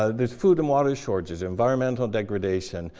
ah there's food and water shortages, environmental degradation.